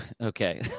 okay